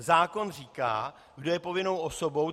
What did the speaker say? Zákon říká, kdo je povinnou osobou.